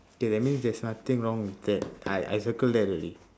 okay that means there's nothing wrong with that I I circle that already